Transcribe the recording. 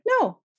no